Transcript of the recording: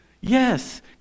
Yes